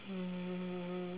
um